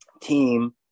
team